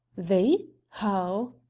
they? how?